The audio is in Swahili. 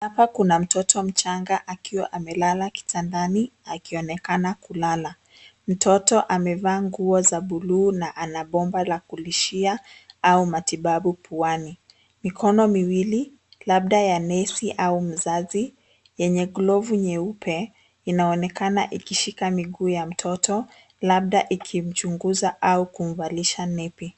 Hapa kuna mtoto mchanga akiwa amelala kitandani, akionekana kulala. Mtoto amevaa nguo za buluu na ana bomba la kulishia au matibabu puani. Mikono miwili, labda ya nesi au mzazi, yenye glovu nyeupe, inaonekana ikishika miguu ya mtoto labda ikimchunguza au kumvalisha nepi.